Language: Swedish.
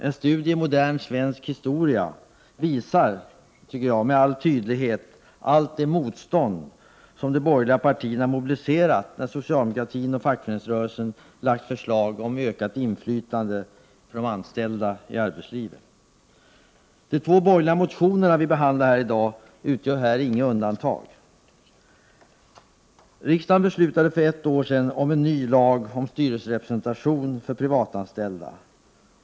En studie av modern svensk historia visar, tycker jag, med all tydlighet allt det motstånd som de borgerliga partierna mobiliserat när socialdemokratin och fackföreningsrörelsen lagt fram förslag om ökat inflytande för de anställda i arbetslivet. De två borgerliga motioner vi behandlar i dag utgör inget undantag. Riksdagen beslutade för ett år sedan om en ny lag om styrelserepresentation för privatanställda.